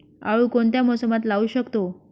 आळू कोणत्या मोसमात लावू शकतो?